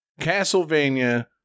Castlevania